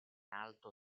alto